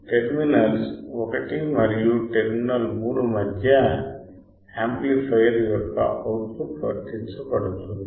terminals 1 మరియు terminal 3 మధ్య amplifier యొక్క అవుట్ పుట్ వర్తించబడుతుంది